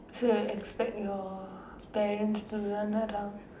so you expect your parents to run around